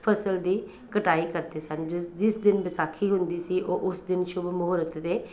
ਫਸਲ ਦੀ ਕਟਾਈ ਕਰਦੇ ਸਨ ਜਿਸ ਜਿਸ ਦਿਨ ਵਿਸਾਖੀ ਹੁੰਦੀ ਸੀ ਉਹ ਉਸ ਦਿਨ ਸ਼ੁਭ ਮਹੂਰਤ ਦੇ